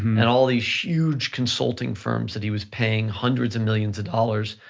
um and all these huge consulting firms that he was paying hundreds of millions of dollars,